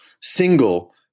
single